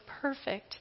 perfect